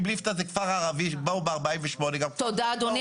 אם ליפתא זה כפר ערבי שבאו ב-1948 --- תודה אדוני,